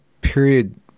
period